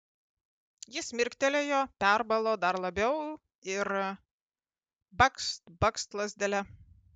jis mirktelėjo perbalo dar labiau ir bakst bakst lazdele